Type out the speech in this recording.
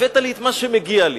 הבאת לי את מה שמגיע לי.